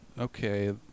okay